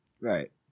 Right